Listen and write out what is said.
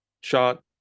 shot